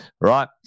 right